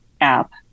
app